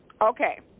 Okay